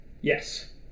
Yes